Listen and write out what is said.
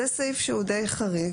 זה סעיף שהוא די חריג.